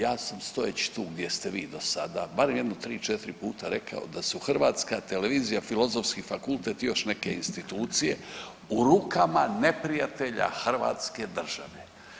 Ja sam stojeći tu gdje ste vi do sada bar jednom tri, četiri puta rekao da su Hrvatska televizija, Filozofski fakultet i još neke institucije u rukama neprijatelja Hrvatske države.